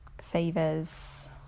fevers